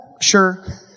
sure